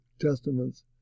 testaments